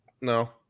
No